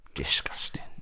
Disgusting